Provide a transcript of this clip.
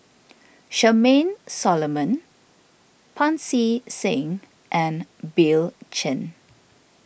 Charmaine Solomon Pancy Seng and Bill Chen